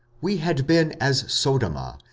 we had been as sodoma,